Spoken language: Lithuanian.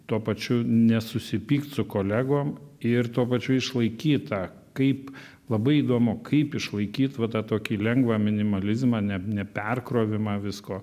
tuo pačiu nesusipykt su kolegom ir tuo pačiu išlaikyt tą kaip labai įdomu kaip išlaikyt va tą tokį lengvą minimalizmą ne ne perkrovimą visko